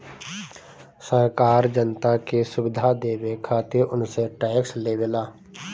सरकार जनता के सुविधा देवे खातिर उनसे टेक्स लेवेला